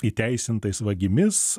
įteisintais vagimis